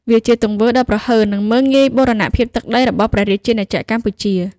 វាជាទង្វើដ៏ប្រហើន និងមើលងាយបូរណភាពទឹកដីរបស់ព្រះរាជាណាចក្រកម្ពុជា។